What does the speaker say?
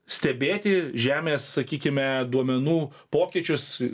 stebėti žemės sakykime duomenų pokyčius